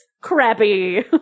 crappy